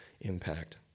impact